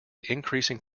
increasing